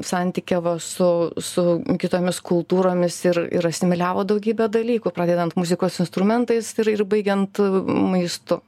santykiavo su su kitomis kultūromis ir ir asimiliavo daugybę dalykų pradedant muzikos instrumentais ir ir baigiant maistu